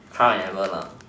trial and error lah